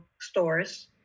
stores